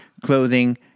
clothing